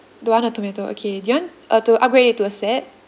don't want the tomato okay do you want uh to upgrade it to a set